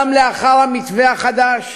גם לאחר המתווה החדש,